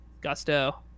gusto